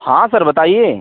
हाँ सर बताइए